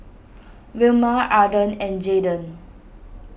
Wilma Arden and Jaydon